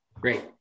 Great